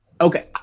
Okay